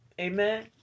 Amen